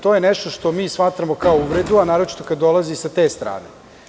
To je nešto što mi smatramo kao uvredu, a naročito kada dolazi sa te strane.